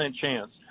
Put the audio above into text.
chance